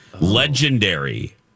legendary